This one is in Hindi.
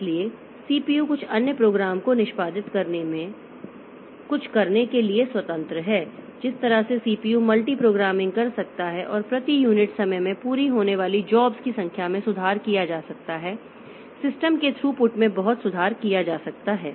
इसलिए सीपीयू कुछ अन्य प्रोग्राम को निष्पादित करने के लिए कुछ करने के लिए स्वतंत्र है जिस तरह से सीपीयू मल्टी प्रोग्रामिंग कर सकता है और प्रति यूनिट समय में पूरी होने वाली जॉब्स की संख्या में सुधार किया जा सकता है सिस्टम के थ्रूपुट में बहुत सुधार किया जा सकता है